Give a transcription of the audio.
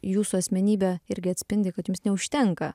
jūsų asmenybė irgi atspindi kad jums neužtenka